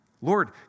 Lord